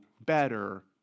better